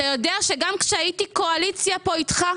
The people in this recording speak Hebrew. אתה יודע שגם כשהייתי קואליציה פה איתך,